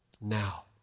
Now